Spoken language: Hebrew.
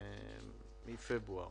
מפברואר